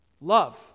love